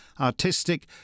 artistic